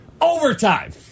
Overtime